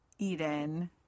Eden